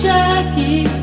Jackie